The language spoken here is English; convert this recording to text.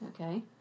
Okay